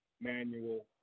manual